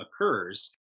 occurs